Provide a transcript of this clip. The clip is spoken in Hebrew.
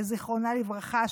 זיכרונה לברכה,